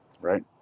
right